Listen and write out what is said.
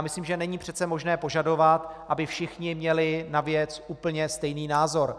Myslím, že není přece možné požadovat, aby všichni měli na věc úplně stejný názor.